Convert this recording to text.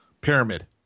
Pyramid